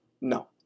No